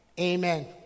Amen